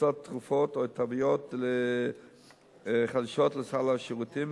להכנסת תרופות או התוויות חדשות לסל השירותים,